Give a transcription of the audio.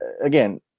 again